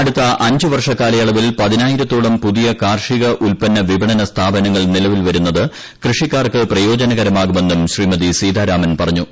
അടുത്ത അഞ്ച് വർഷക്കാലയളവിൽ പതിനായിരത്തോളം പുതിയ കാർഷിക വിപണന സ്ഥാപനങ്ങൾ നിലവിൽ വരുന്നത് കൃഷിക്കാർക്ക് പ്രയോജനകരമാകുമെന്നും ശ്രീമതി സീതാരാമൻ പറഞ്ഞു